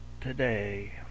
Today